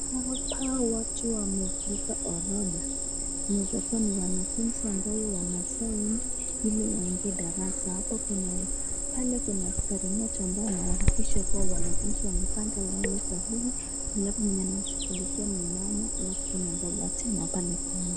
Hapa watu wameweka horodha yawezakua ni wanafunzi ambaye wanasign ili waingie darasa. Hapa kuna pale kuna askari mmoja ambaye anahakikisha kuwa wanafunzi wamepanga laini sahihi halafu mwenye anawashughulikia ni mama halafu kuna baba tena pale kona.